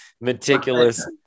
meticulous